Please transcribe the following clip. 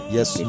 Yes